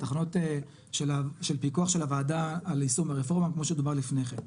התחנות של פיקוח של הוועדה על יישום הרפורמה כמו שדובר לפני כן.